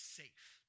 safe